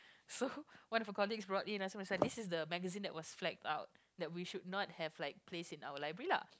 so one of her colleagues brought in this is the magazine that was flagged out that we should not have like placed in our library lah